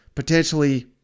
Potentially